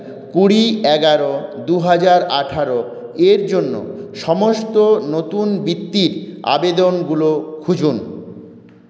কুড়ি এগারো দুহাজার আঠারো এর জন্য সমস্ত নতুন বৃত্তির আবেদনগুলো খুঁজুন